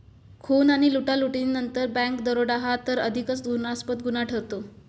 खून आणि लुटालुटीनंतर बँक दरोडा हा तर अधिकच घृणास्पद गुन्हा ठरतो